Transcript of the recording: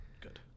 good